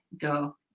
go